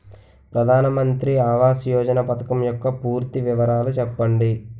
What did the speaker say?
ప్రధాన మంత్రి ఆవాస్ యోజన పథకం యెక్క పూర్తి వివరాలు చెప్పండి?